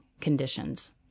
conditions